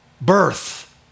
birth